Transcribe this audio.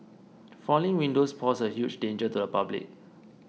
falling windows pose a huge danger to the public